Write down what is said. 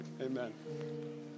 Amen